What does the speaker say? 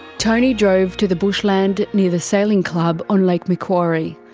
tony drove to the bushland near the sailing club on lake macquarie,